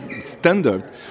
standard